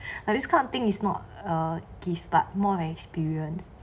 and this kind of thing is not a gift but more like experience